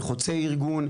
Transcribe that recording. כחוצה ארגון,